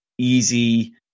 Easy